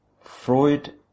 Freud